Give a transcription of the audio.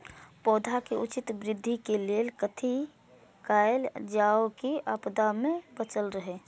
पौधा के उचित वृद्धि के लेल कथि कायल जाओ की आपदा में बचल रहे?